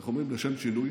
איך אומרים, לשם שינוי,